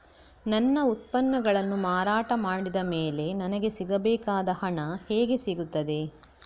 ನನ್ನ ಉತ್ಪನ್ನಗಳನ್ನು ಮಾರಾಟ ಮಾಡಿದ ಮೇಲೆ ನನಗೆ ಸಿಗಬೇಕಾದ ಹಣ ಹೇಗೆ ಸಿಗುತ್ತದೆ?